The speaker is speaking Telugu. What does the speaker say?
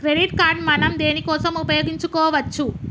క్రెడిట్ కార్డ్ మనం దేనికోసం ఉపయోగించుకోవచ్చు?